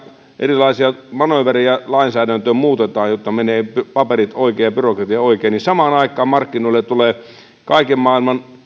erilaisia manööverejä lainsäädäntöön muutetaan jotta menevät paperit oikein ja byrokratia oikein markkinoille tulee kaiken maailman